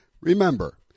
Remember